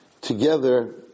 Together